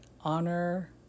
honor